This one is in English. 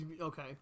Okay